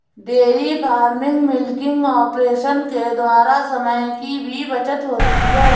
dairy farming milking operation के द्वारा समय की भी बचत होती है